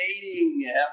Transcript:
dating